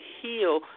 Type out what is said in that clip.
heal